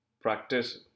practice